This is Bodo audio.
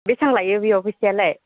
बेसां लायो बेयाव फैसायाला